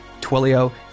Twilio